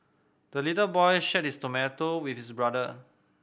the little boy shared his tomato with his brother